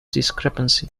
discrepancy